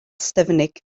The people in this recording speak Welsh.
ystyfnig